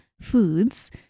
foods